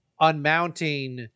unmounting